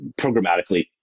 programmatically